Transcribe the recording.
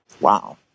Wow